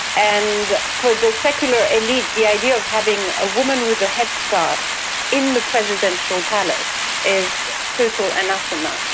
and for the secular elite the idea of having a woman with a headscarf in the presidential palace is total anathema,